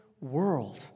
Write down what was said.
world